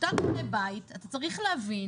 כשאתה קונה בית, אתה צריך להבין